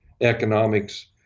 economics